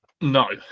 No